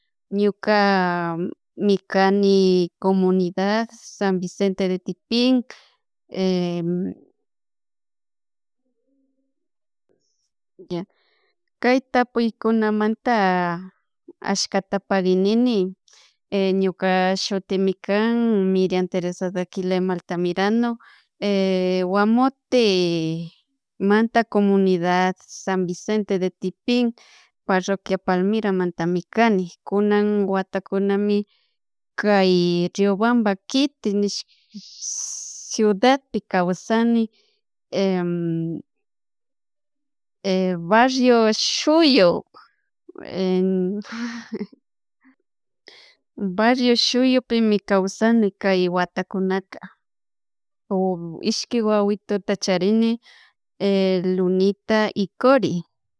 Ñukami kani comunidad san vicente de tipin kaytapuy kunamanta ashkata pakinini ñuka shutimi kan Mirian Teresa Daquilema Altamirano Guamotemanta comunidad San Vicente de Tipin parroquia Palmiranta mi kani kunan watakunami kay Riobamba kity nish ciudadpi kausani barrio Shuyo barrio shuyupi kawasani kay watakunaka, ishki wawituta charini Lunita y kory